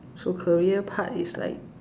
so career part is like